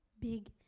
big